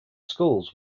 schools